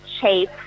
shape